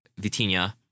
Vitinha